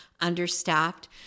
understaffed